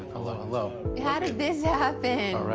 hello, hello. how did this happen?